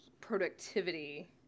productivity